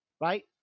Right